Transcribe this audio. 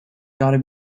gotta